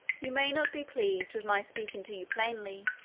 you may not be pleased with my speaking to you plainly,